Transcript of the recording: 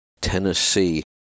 Tennessee